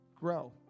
grow